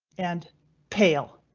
and pale.